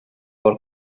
vol